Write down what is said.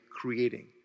creating